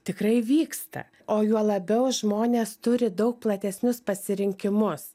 tikrai vyksta o juo labiau žmonės turi daug platesnius pasirinkimus